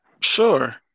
Sure